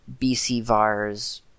bcvars